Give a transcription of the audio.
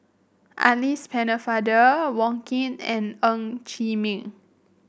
Alice Pennefather Wong Keen and Ng Chee Meng